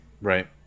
Right